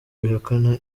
bihakana